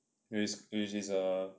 it's it's it's err